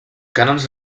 canons